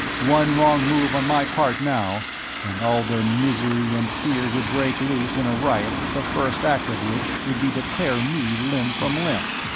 one wrong move on my part now and all their misery and fear would break loose in a riot the first act of which would be to tear me limb from limb.